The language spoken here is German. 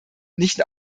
nicht